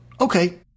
okay